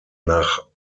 nach